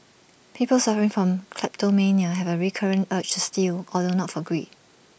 people suffering from kleptomania have A recurrent urge to steal although not for greed